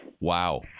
Wow